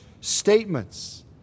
statements